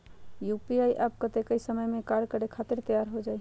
UPI app कतेइक समय मे कार्य करे खातीर तैयार हो जाई?